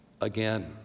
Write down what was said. again